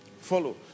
follow